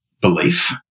belief